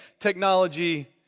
technology